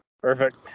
Perfect